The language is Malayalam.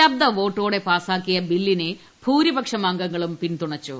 ശബ്ദവോട്ടോടെ പാസാക്കിയ ബില്ലിനെ ഭൂരിപക്ഷം അംഗങ്ങളും പിന്തുണച്ചു